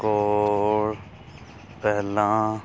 ਕੋਲ ਪਹਿਲਾਂ